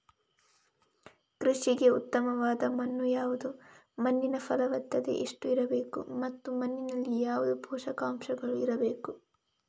ಕೃಷಿಗೆ ಉತ್ತಮವಾದ ಮಣ್ಣು ಯಾವುದು, ಮಣ್ಣಿನ ಫಲವತ್ತತೆ ಎಷ್ಟು ಇರಬೇಕು ಮತ್ತು ಮಣ್ಣಿನಲ್ಲಿ ಯಾವುದು ಪೋಷಕಾಂಶಗಳು ಇರಬೇಕು?